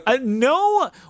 No